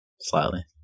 slightly